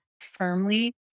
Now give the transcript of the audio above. firmly